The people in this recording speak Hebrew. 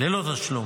ללא תשלום